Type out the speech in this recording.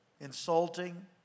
insulting